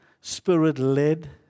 Spirit-led